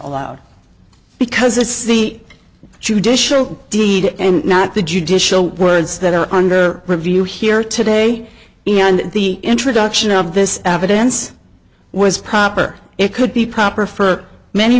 allowed because this is the judicial deed and not the judicial words that are under review here today the introduction of this evidence was proper it could be proper for many